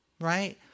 right